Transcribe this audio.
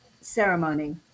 ceremony